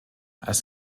als